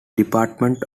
department